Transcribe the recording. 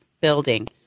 building